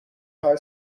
high